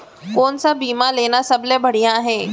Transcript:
कोन स बीमा लेना सबले बढ़िया हे?